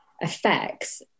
effects